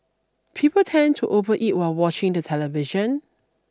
people tend to overeat while watching the television